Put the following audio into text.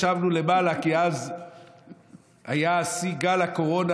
ישבנו למעלה כי אז היה שיא גל הקורונה